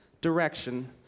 direction